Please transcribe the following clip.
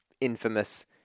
infamous